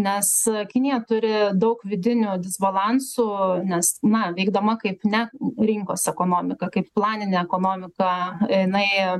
nes kinija turi daug vidinių disbalansų nes na veikdama kaip ne rinkos ekonomika kaip planinė ekonomika jinai